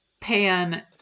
Pan